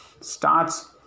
starts